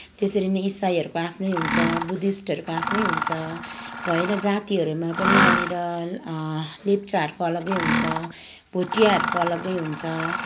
त्यसरी नै इसाईहरूको आफ्नै हुन्छ बुद्धिस्टहरूको आफ्नै हुन्छ भएन जातिहरूमा पनि यहाँनिर लेप्चाहरूको अलगै हुन्छ भोटियाहरूको अलगै हुन्छ